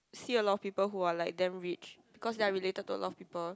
see a lot of people who are like damn rich because they are related to a lot of people